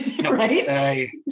Right